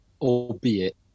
albeit